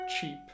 cheap